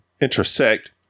intersect